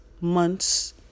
months